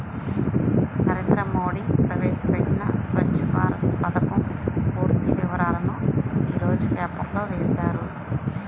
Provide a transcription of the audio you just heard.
నరేంద్ర మోడీ ప్రవేశపెట్టిన స్వఛ్చ భారత్ పథకం పూర్తి వివరాలను యీ రోజు పేపర్లో వేశారు